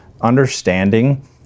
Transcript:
understanding